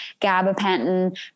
gabapentin